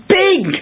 big